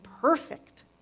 perfect